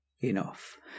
enough